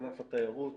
ענף התיירות.